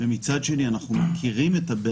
עדיף שלא ניצור